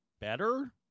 better